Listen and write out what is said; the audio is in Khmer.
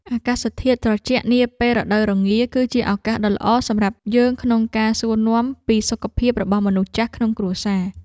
អាកាសធាតុត្រជាក់នាពេលរដូវរងា គឺជាឱកាសដ៏ល្អសម្រាប់យើងក្នុងការសួរនាំពីសុខភាពរបស់មនុស្សចាស់ក្នុងគ្រួសារ។